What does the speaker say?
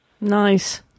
Nice